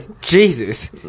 Jesus